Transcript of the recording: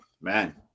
man